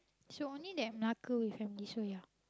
so only that knuckle you can this way ah